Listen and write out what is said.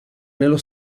nello